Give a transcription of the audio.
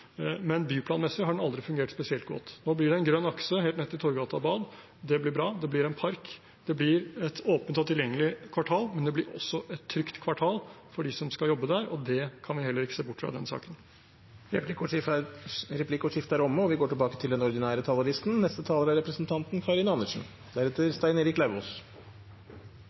men byplanmessig har den aldri fungert spesielt godt. Nå blir det en grønn akse helt ned til Torggata Bad, og det blir bra. Det blir en park. Det blir et åpent og tilgjengelig kvartal, men det blir også et trygt kvartal for dem som skal jobbe der, og det kan vi heller ikke se bort fra i denne saken. Replikkordskiftet er omme.